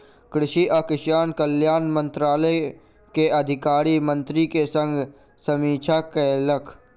कृषि आ किसान कल्याण मंत्रालय के अधिकारी मंत्री के संग समीक्षा कयलक